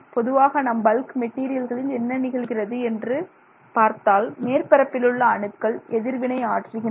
பொதுவாக நாம் பல்க் மெட்டீரியல்களில் என்ன நிகழ்கிறது என்று பார்த்தால் மேற்பரப்பிலுள்ள அணுக்கள் எதிர்வினை ஆற்றுகின்றன